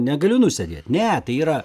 negaliu nusėdėt ne tai yra